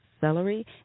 celery